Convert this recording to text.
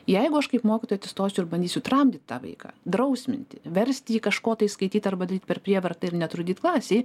jeigu aš kaip mokytoja atsistosiu ir bandysiu tramdyt tą vaiką drausminti versti jį kažko tai skaityt arba daryt per prievartą ir netrukdyt klasėj